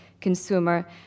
consumer